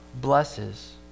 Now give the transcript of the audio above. blesses